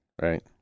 right